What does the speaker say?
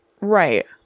right